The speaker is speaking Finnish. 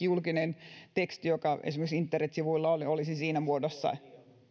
julkinen teksti joka esimerkiksi internetsivuilla on olisi siinä muodossa